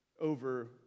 over